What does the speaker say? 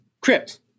Crypt